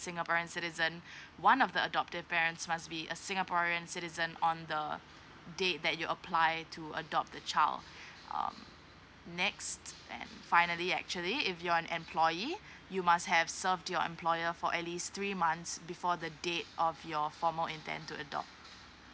singaporean citizen one of the adoptive parents must be a singaporean citizen on the date that you apply to adopt the child um next and finally actually if you're an employee you must have served your employer for at least three months before the date of your formal intent to adopt